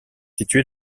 située